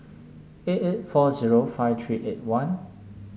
eight eight four zero five three eight one